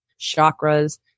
chakras